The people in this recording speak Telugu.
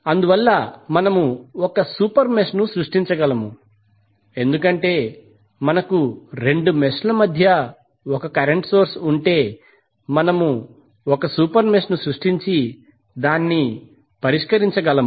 అందువల్ల మనము ఒక సూపర్ మెష్ను సృష్టించగలము ఎందుకంటే మనకు 2 మెష్ల మధ్య కరెంట్ సోర్స్ ఉంటే మనము సూపర్ మెష్ను సృష్టించి దాన్ని పరిష్కరించగలము